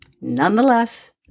Nonetheless